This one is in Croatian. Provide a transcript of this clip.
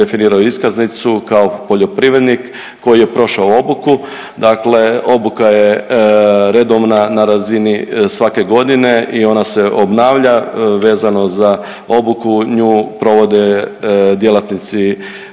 definiranu iskaznicu kao poljoprivrednik koji je prošao obuku, dakle obuka je redovna na razini svake godine i ona se obnavlja vezano za obuku, nju provode djelatnici